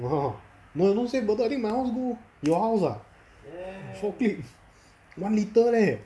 (uh huh) no no say bedok I think my house go your house ah four click one litre leh